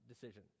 decision